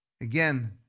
Again